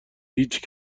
هیچ